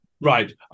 Right